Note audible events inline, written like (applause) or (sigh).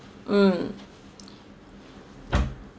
mm (noise)